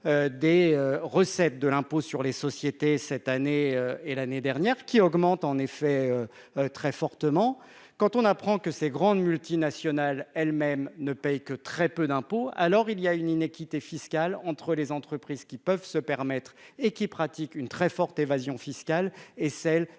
des recettes de l'impôt sur les sociétés cette année et l'année dernière qui augmente en effet très fortement quand on apprend que ces grandes multinationales elles-mêmes ne paye que très peu d'impôts, alors il y a une inéquité fiscale entre les entreprises qui peuvent se permettre et qui pratique une très forte évasion fiscale, et celles